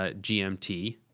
ah gmt.